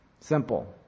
Simple